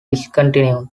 discontinued